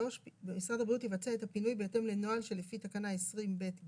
משרד הבריאות יבצע את הפינוי בהתאם לנוהל שלפי תקנה 20ב(ג).